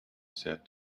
said